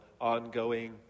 ongoing